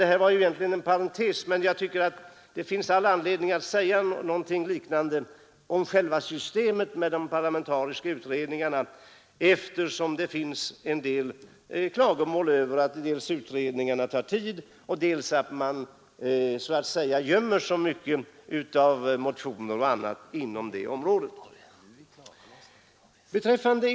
Det här var egentligen en parentes, men det finns anledning att säga något om själva systemet med de parlamentariska utredningarna, eftersom det finns en del klagomål över dels att utredningarna tar tid, dels att man gömmer så mycket av motioner m.m. bakom dem.